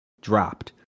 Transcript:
dropped